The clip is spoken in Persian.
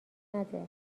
نده